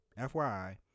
FYI